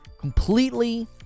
completely